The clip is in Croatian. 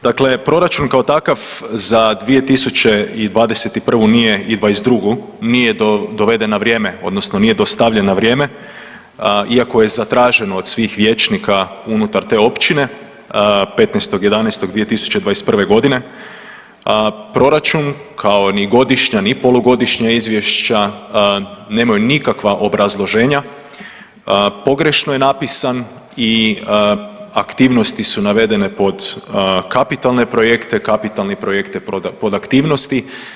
Dakle, proračun kao takav za 2021. i '22. nije doveden na vrijeme odnosno nije dostavljen na vrijeme iako je zatraženo do svih vijećnika od te općine 15.11.2021. godine, proračun kao ni godišnja, ni polugodišnja izvješća nemaju nikakva obrazloženja, pogrešno je napisan i aktivnosti su navedene pod kapitalne projekte, kapitalni projekti pod aktivnosti.